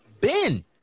Ben